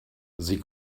sie